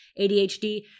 ADHD